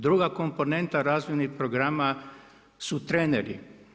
Druga komponenta razvojnih programa su treneri.